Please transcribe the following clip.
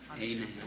amen